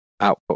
output